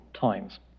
times